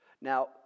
Now